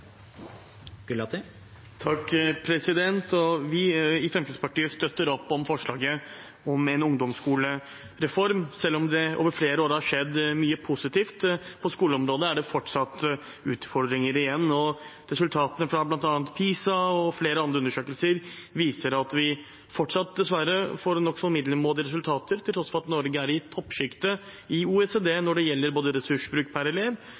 Vi i Fremskrittspartiet støtter opp om forslaget om en ungdomsskolereform. Selv om det over flere år har skjedd mye positivt på skoleområdet, er det fortsatt utfordringer igjen. Resultatene fra bl.a. PISA og flere andre undersøkelser viser at vi dessverre fortsatt får nokså middelmådige resultater, til tross for at Norge er i toppsjiktet i OECD når det gjelder ressursbruk per elev,